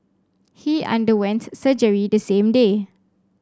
he underwent surgery the same day